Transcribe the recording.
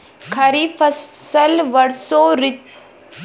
खरीफ फसल वषोॅ ऋतु के शुरुआत, अपृल मई के बीच में बोवल जाला